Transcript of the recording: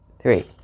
three